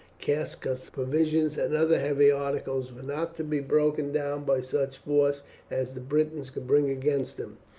casks of provisions, and other heavy articles were not to be broken down by such force as the britons could bring against them.